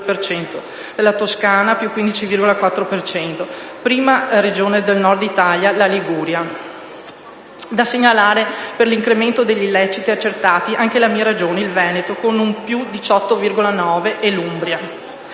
Toscana (+15,4 per cento). Prima Regione del Nord Italia, la Liguria. Da segnalare per l'incremento degli illeciti accertati anche la mia Regione, il Veneto, con un +18,9 per cento, e l'Umbria.